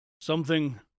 something